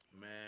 Man